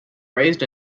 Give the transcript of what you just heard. raised